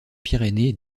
pyrénées